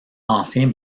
ancien